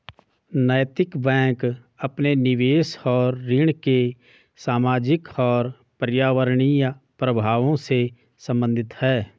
नैतिक बैंक अपने निवेश और ऋण के सामाजिक और पर्यावरणीय प्रभावों से संबंधित है